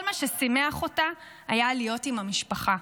כל מה ששימח אותה היה להיות עם המשפחה.